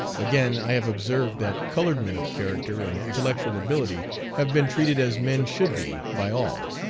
again, i have observed that colored men of character and intellectual ability have been treated as men should be by all,